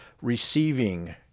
receiving